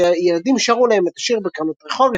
וילדים שרו להם את השיר בקרנות רחוב,